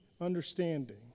understanding